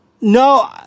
No